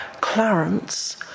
Clarence